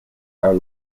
are